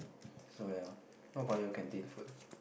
so ya how about your canteen food